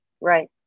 Right